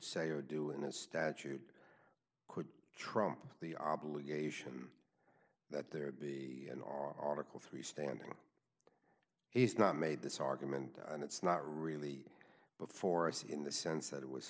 say or do in a statute could trump the obligation that there be an article three standing he's not made this argument and it's not really before us in the sense that it was